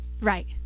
Right